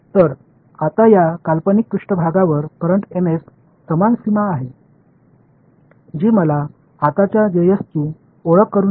இப்போது இந்த அனுமான மேற்பரப்பில் மின்னோட்டம் Ms உள்ளது மற்ற பௌண்டரி கண்டிஷன்ஸ் சேமிக்க நான் மின்னோட்டம் Js ஐ அறிமுகப்படுத்த வேண்டும்